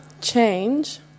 change